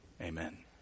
Amen